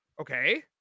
Okay